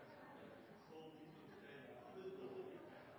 Så, til